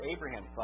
Abraham